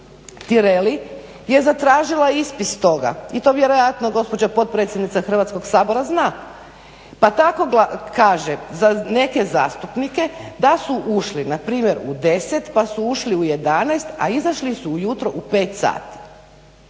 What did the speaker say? Tireli je zatražila ispis toga i to vjerojatno gospođa potpredsjednica Hrvatskog sabora zna. Pa tako kaže za neke zastupnike da su ušli npr. u 10 pa su ušli u 11, a izašli su ujutro u 5 sati.